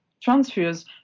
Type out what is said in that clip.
transfers